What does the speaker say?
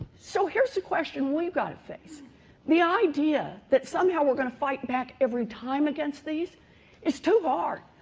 so here's the question we've got to face the idea that somehow we're going to fight back every time against these is too hard.